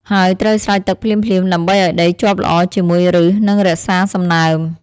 ហើយត្រូវស្រោចទឹកភ្លាមៗដើម្បីឱ្យដីជាប់ល្អជាមួយឫស និងរក្សាសំណើម។